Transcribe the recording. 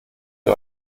ihr